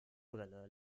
brille